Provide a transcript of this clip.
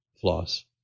floss